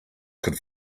could